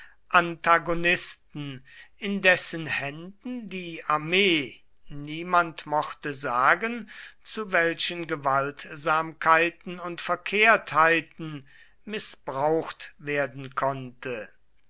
antagonisten in dessen händen die armee niemand mochte sagen zu welchen gewaltsamkeiten und verkehrtheiten mißbraucht werden konnte